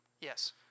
Yes